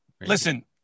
Listen